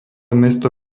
mesto